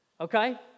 Okay